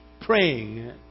praying